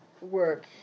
work